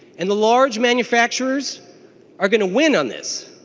and the large manufacturers are going to win on this.